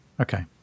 Okay